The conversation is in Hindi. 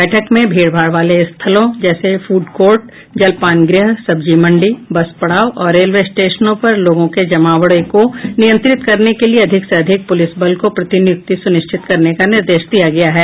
बैठक में भीड़भाड़ वाले स्थलों जैसे फूड़ कोर्ट जलपान गृह सब्जी मंडी बस पड़ाव और रेलवे स्टेशनों पर लोगों के जमावड़े को नियंत्रित करने के लिए अधिक से अधिक पुलिस बल को प्रतिनियुक्ति सुनिश्चित करने का निर्देश दिया गया है